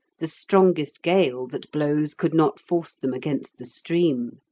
the strongest gale that blows could not force them against the stream.